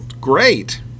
great